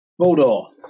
Moldor